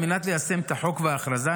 על מנת ליישם את החוק וההכרזה,